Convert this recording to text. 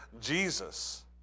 Jesus